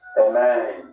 Amen